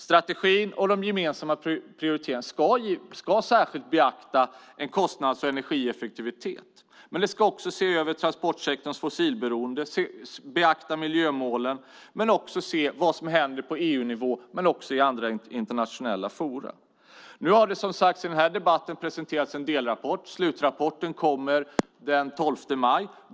Strategin och de gemensamma prioriteringarna ska särskilt beakta en kostnads och energieffektivitet, men den ska också se över transportsektorns fossilberoende, beakta miljömålen och även se vad som händer på EU-nivå och i andra internationella forum. Nu har det vilket också sagts i den här debatten presenterats en delrapport. Slutrapporten kommer den 12 maj.